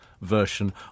version